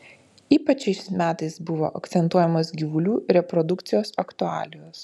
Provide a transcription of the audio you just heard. ypač šiais metais buvo akcentuojamos gyvulių reprodukcijos aktualijos